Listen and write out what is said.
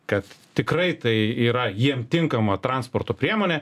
kad tikrai tai yra jiem tinkama transporto priemonė